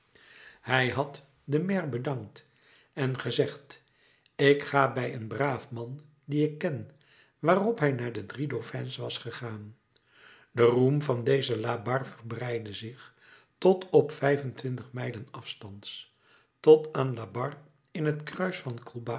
hij had den maire bedankt en gezegd ik ga bij een braaf man dien ik ken waarop hij naar de drie dauphins was gegaan de roem van dezen labarre verbreidde zich tot op vijfentwintig mijlen afstands tot aan labarre in het kruis van colbas